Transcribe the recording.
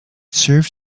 serves